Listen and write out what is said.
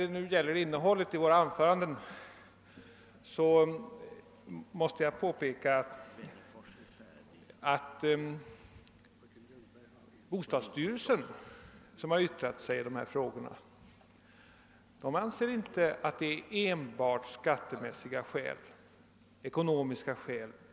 När det gäller innehållet i våra anföranden måste jag påpeka att bostadsstyrelsen som yttrat sig i dessa frågor inte anser att folk väljer småhuset som boendeform enbart av skatteekonomiska skäl.